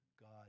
God